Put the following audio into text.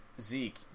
Zeke